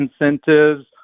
incentives